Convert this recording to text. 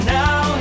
now